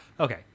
Okay